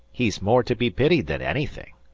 he's more to be pitied than anything,